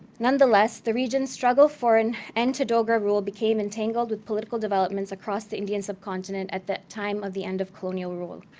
nonetheless, the region's struggle for an end to dogra rule became entangled with political developments across the indian subcontinent at that time of the end of colonial rule.